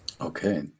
Okay